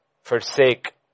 forsake